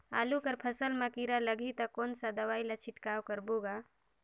आलू कर फसल मा कीरा लगही ता कौन सा दवाई ला छिड़काव करबो गा?